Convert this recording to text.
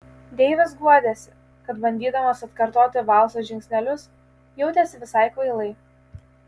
deivis guodėsi kad bandydamas atkartoti valso žingsnelius jautėsi visai kvailai